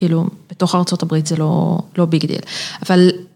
כאילו בתוך ארצות הברית זה לא ביג דיל, אבל.